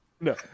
No